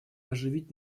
оживить